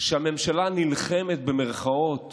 שהממשלה "נלחמת", במירכאות